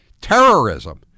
Terrorism